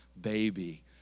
baby